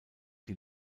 die